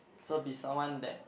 so be someone that